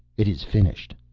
it is finished.